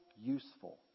useful